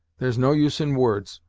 there's no use in words,